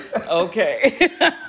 okay